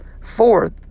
fourth